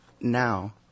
now